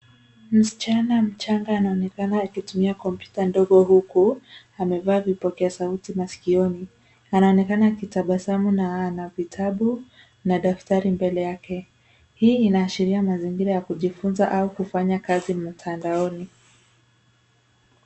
Msichana mchanga anaonekana akitumia kompyuta ndogo huku, amevaa vipokea sauti masikioni. Anaonekana akitabasamu na ana vitabu, na daftari mbele yake, hii inaashiria mazingira ya kujifunza, au kufanya kazi mtandaoni.